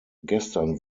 gestern